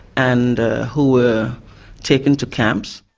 and who were taken to camps.